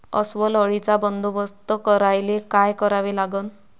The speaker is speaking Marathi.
अस्वल अळीचा बंदोबस्त करायले काय करावे लागन?